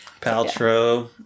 Paltrow